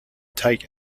take